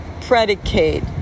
predicate